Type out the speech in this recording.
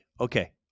okay